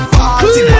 Party